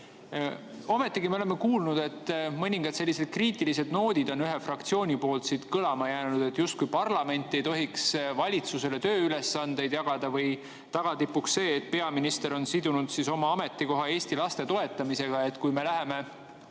olnud. Ometigi me oleme kuulnud, et mõningad sellised kriitilised noodid on ühe fraktsiooni poolt siit kõlama jäänud, justkui parlament ei tohiks valitsusele tööülesandeid jagada. Või tagatipuks see, et peaminister on sidunud oma ametikoha Eesti laste toetamisega, et kui me läheme